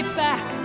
back